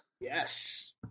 Yes